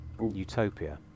Utopia